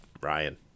ryan